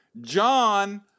John